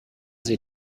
sie